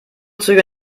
züge